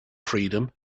freedom